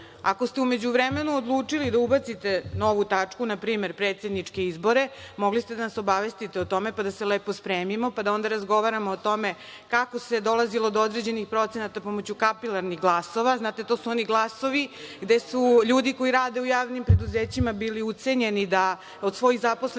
itd. Ako ste u međuvremenu odlučili da ubacite novu tačku, npr. predsedničke izbore, mogli ste da nas obavestite o tome pa da se lepo spremimo, pa da onda razgovaramo o tome kako se dolazilo do određenih procenata pomoću kapilarnih glasova. Znate, to su oni glasovi gde su ljudi koji rade u javnim preduzećima bili ucenjeni da od svojih zaposlenih